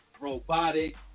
robotic